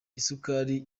isukari